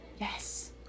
Yes